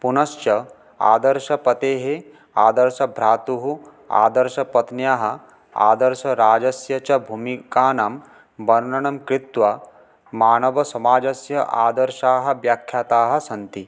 पुनश्च आदर्शपतेः आदर्शभ्रातुः आदर्शपत्न्याः आदर्शराजस्य च भूमिकानां वर्णनं कृत्वा मानवसमाजस्य आदर्शाः व्याख्याताः सन्ति